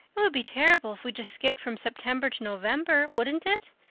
it would be terrible if we just skipped from september to november, wouldn't it?